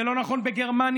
זה לא נכון בגרמניה,